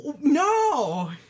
no